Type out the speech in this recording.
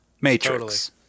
Matrix